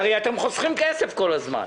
הרי אתם חוסכים כסף כל הזמן.